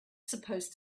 supposed